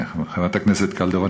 חברת הכנסת קלדרון,